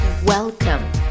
Welcome